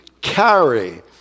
carry